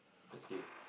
just stay